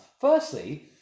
firstly